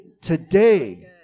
today